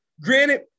Granted